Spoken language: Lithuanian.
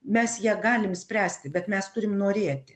mes ją galim spręsti bet mes turim norėti